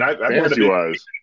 Fantasy-wise